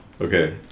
Okay